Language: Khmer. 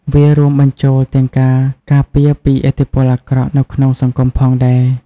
វារួមបញ្ចូលទាំងការការពារពីឥទ្ធិពលអាក្រក់នៅក្នុងសង្គមផងដែរ។